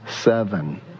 seven